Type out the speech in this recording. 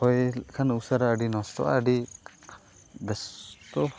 ᱦᱚᱭ ᱞᱮᱠᱷᱟᱱ ᱩᱥᱟᱹᱨᱟ ᱟᱹᱰᱤ ᱱᱚᱥᱴᱚᱜᱼᱟ ᱟᱹᱰᱤ ᱵᱮᱥᱛᱚ